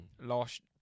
Last